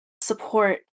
support